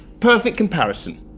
iperfect comparison.